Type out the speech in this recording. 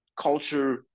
culture